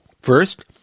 First